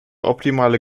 optimale